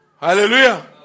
Hallelujah